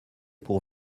pour